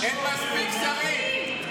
אין מספיק שרים.